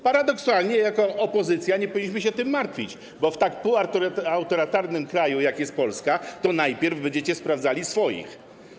Paradoksalnie jako opozycja nie powinniśmy się tym martwić, bo w tak półautorytarnym kraju, jakim jest Polska, to najpierw będziecie sprawdzali swoich.